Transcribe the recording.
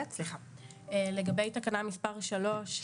לגבי תקנה מספר 3,